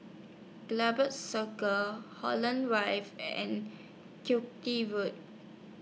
Circus Holland Rive and Road